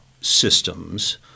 systems